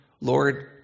Lord